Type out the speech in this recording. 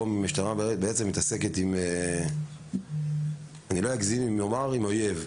פה המשטרה מתעסקת עם -- אני לא אגזים אם אומר שעם האויב.